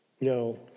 No